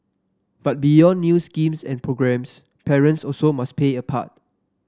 but beyond new schemes and programmes parents also must play a part